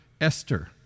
Esther